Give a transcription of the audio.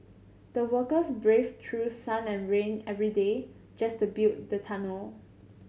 the workers braved through sun and rain every day just to build the tunnel